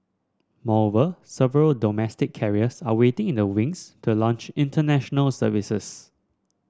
moreover several domestic carriers are waiting in the wings to launch International Services